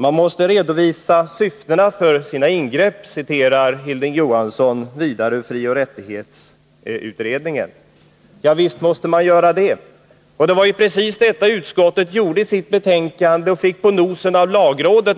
Man måste redovisa syftena med sina ingrepp, citerar Hilding Johansson vidare i frioch rättighetsutredningen. Ja, visst måste man göra det, och det var ju precis detta utskottet gjorde i sitt betänkande och fick på nosen för av lagrådet,